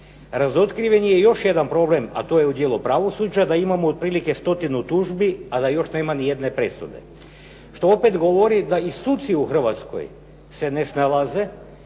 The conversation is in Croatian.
razotkriven je još jedan problem, a to je u dijelu pravosuđa, da imamo otprilike stotinu tužbi, a da još nema ni jedne presude. Što opet govore da i suci u Hrvatskoj se ne snalaze,